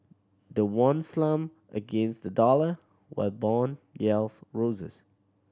the won slumped against the dollar while bond yields roses